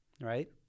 Right